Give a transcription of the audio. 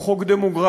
הוא חוק דמוגרפי,